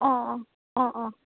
অঁ অঁ অঁ অঁ